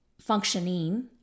functioning